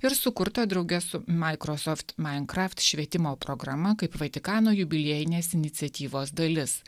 ir sukurtą drauge su microsoft mainkraft švietimo programa kaip vatikano jubiliejinės iniciatyvos dalis